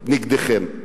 נגדכם.